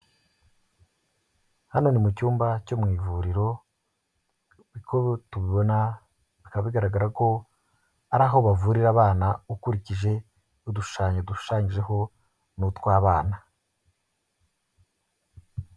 Hano ni mu cyumba cyo mu ivuriro, uko tubona bikaba bigaragara ko ari aho bavurira abana, ukurikije udushushanyo dushushanyijeho ni utw'abana.